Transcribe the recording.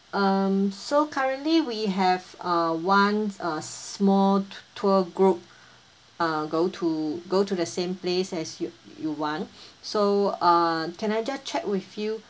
um so currently we have uh one uh small t~ tour group uh go to go to the same place as you you want so uh can I just check with you